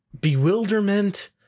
bewilderment